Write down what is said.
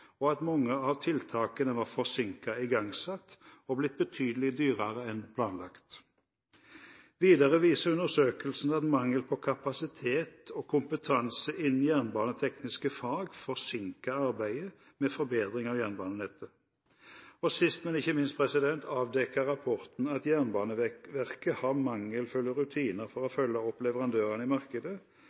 og at mange av tiltakene var forsinket igangsatt og er blitt betydelig dyrere enn planlagt. Videre viser undersøkelsen at mangel på kapasitet og kompetanse innen jernbanetekniske fag forsinker arbeidet med forbedring av jernbanenettet. Sist, men ikke minst, avdekket rapporten at Jernbaneverket har mangelfulle rutiner for å følge opp leverandørene i markedet,